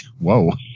Whoa